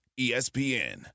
ESPN